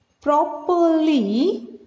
properly